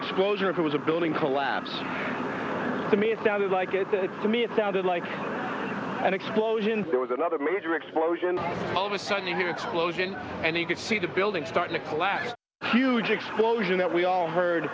exposure it was a building collapse to me it sounded like it to me it sounded like an explosion there was another major explosion all of a sudden you hear explosion and you could see the building start to clash huge explosion that we all heard